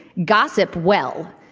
gossip well.